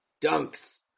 Dunks